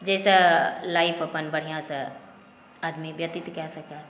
जाहिसॅं लाइफ़ अपन हमरासॅं आदमी व्यतीत कऽ सकी